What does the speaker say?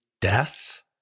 death